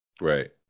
Right